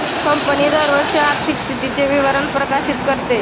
company दरवर्षी आर्थिक स्थितीचे विवरण प्रकाशित करते